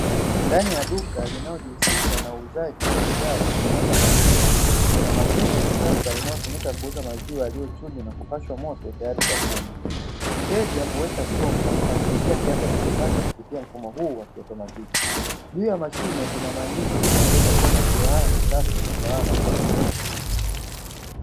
Ndani ya duka linalojihusisha na uuzaji wa bidhaa zitokanazo na maziwa, kuna mashine ya kisasa inayotumika kuuza maziwa yaliyochujwa na kupashwa moto tayari kwa kunywa, mteja huweka chombo na kulipia kiasi anachotaka kupitia mfumo huu wa kiautomatiki. Juu ya mashine kuna maandishi yanayoeleza kuwa maziwa haya ni safi na salama kwa afya.